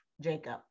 Jacob